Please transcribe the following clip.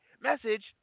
message